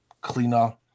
cleaner